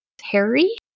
Harry